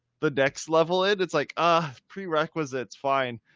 the next level it, it's like, ah, prerequisites, fine.